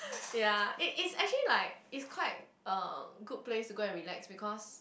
ya it it's actually like is quite a good place to go and relax because